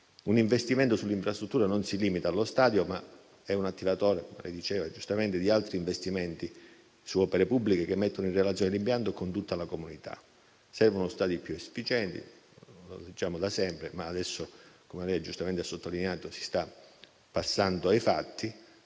Un investimento sulle infrastrutture non si limita allo stadio, ma è un attivatore - come lei diceva giustamente - di altri investimenti su opere pubbliche che mettono in relazione l'impianto con tutta la comunità. Servono stadi più efficienti: lo diciamo da sempre, ma adesso - come lei giustamente ha sottolineato - si sta passando ai fatti.